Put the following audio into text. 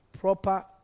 proper